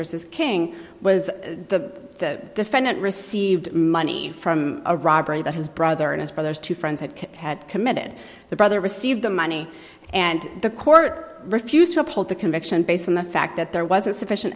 versus king was the defendant received money from a robbery that his brother and his brothers two friends had had committed the brother received the money and the court refused to uphold the conviction based on the fact that there was a sufficient